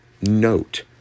note